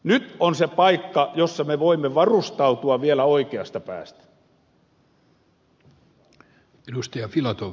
nyt on se paikka jossa me voimme varustautua vielä oikeasta päästä